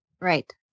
Right